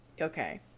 Okay